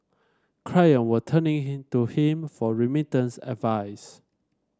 client were turning to him for remittance advice